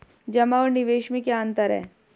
जमा और निवेश में क्या अंतर है?